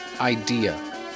idea